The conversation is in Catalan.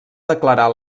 declarar